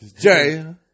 Jay